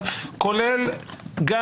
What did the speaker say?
אבל כולל גם